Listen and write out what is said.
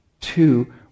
Two